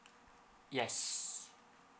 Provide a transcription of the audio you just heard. yes